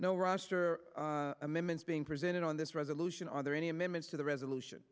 no roster amendments being presented on this resolution are there any amendments to the resolution